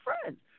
friends